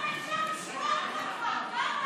אנחנו עוברים ברצף עד שנגיע ל-30.